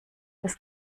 das